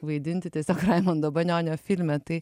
vaidinti tiesiog raimundo banionio filme tai